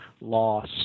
loss